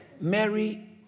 Mary